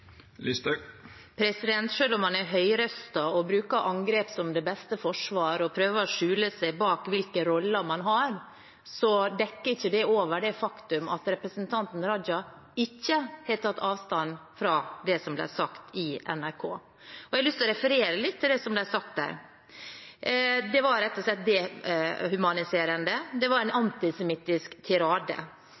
om man er høyrøstet, bruker angrep som det beste forsvar og prøver å skjule seg bak hvilke roller man har, dekker ikke det over det faktum at statsråd Raja ikke har tatt avstand fra det som ble sagt i NRK. Jeg har lyst til å referere litt til det som ble sagt der. Det var rett og slett dehumaniserende, det var en antisemittisk tirade.